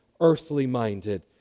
earthly-minded